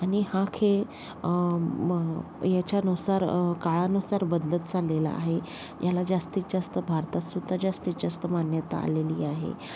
आणि हा खेळ याच्यानुसार काळानुसार बदलत चाललेला आहे याला जास्तीत जास्त भारतातसुद्धा जास्तीत जास्त मान्यता आलेली आहे